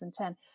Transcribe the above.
2010